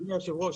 אדוני היושב-ראש,